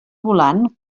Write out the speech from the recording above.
volant